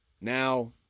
Now